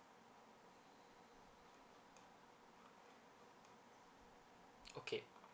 okay